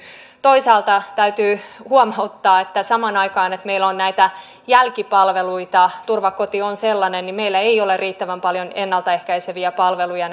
toisaalta täytyy huomauttaa että samaan aikaan kun meillä on näitä jälkipalveluita turvakoti on sellainen niin meillä ei ole riittävän paljon ennalta ehkäiseviä palveluja